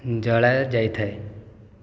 ଜଳା ଯାଇଥାଏ